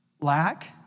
Lack